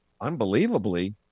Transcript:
Unbelievably